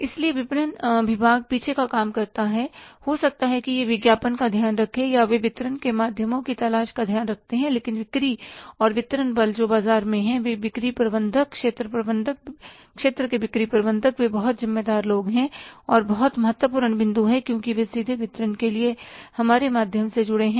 इसलिए विपणन विभाग पीछे का काम करता है हो सकता है कि वे विज्ञापन का ध्यान रखें या वे वितरण के माध्यमों की तलाश का ध्यान रखते हैं लेकिन बिक्री और वितरण बल जो बाजार में है वे बिक्री प्रबंधक क्षेत्र प्रबंधक क्षेत्र के बिक्री प्रबंधक वे बहुत जिम्मेदार लोग हैं और बहुत महत्वपूर्ण बिंदु हैं क्योंकि वे सीधे वितरण के हमारे माध्यम से जुड़े हैं